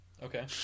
Okay